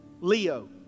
Leo